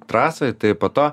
trasoj tai po to